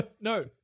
No